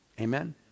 Amen